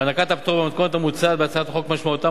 הענקת הפטור במתכונת המוצעת בהצעת החוק משמעותה